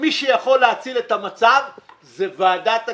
מי שיכול להציל את המצב זה ועדת הכספים.